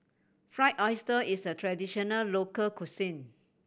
Fried Oyster is a traditional local cuisine